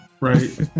right